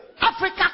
Africa